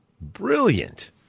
brilliant